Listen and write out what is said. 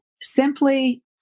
simply